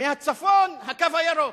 מהצפון "הקו הירוק".